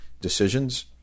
decisions